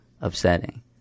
upsetting